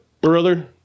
Brother